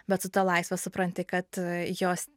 bet su ta laisve supranti kad jos